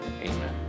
amen